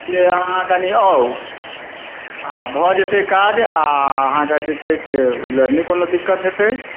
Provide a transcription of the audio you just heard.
जे अहाँ कनि आउ आओर भऽ जण्तै काज आओर अहाँके जे छै से ओहि ले नहि कोनो दिक्कत हेतै